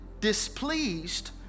displeased